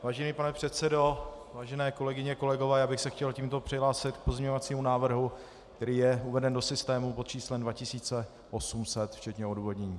Vážený pane předsedo, vážené kolegyně a kolegové, já bych se chtěl tímto přihlásit k pozměňovacímu návrhu, který je uveden do systému pod číslem 2800 včetně odůvodnění.